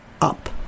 up